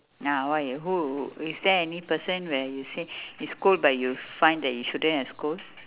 ya why who is there any person where you say you scold but you find that you shouldn't have scold